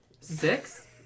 Six